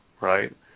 right